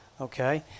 okay